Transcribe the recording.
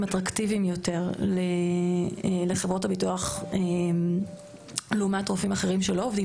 אטרקטיביים יותר לחברות הביטוח לעומת רופאים אחרים שלא עובדים